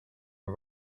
are